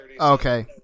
Okay